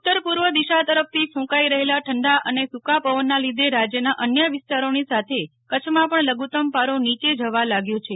ઉતર પૂર્વ દિશા તરફથી ફુંકાઈ રહેલા ઠંડા અને સુકા પવનના લીધે રાજ્યનાં અન્ય વિસ્તારોની સાથે કરંછમાં પણ લધુતમ પારો નીચે જવા લાગ્યો છે